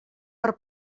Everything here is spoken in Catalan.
per